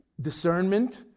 discernment